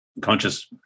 conscious